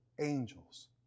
angels